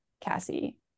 Cassie